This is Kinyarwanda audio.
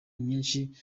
nyinshi